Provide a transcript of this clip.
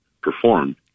performed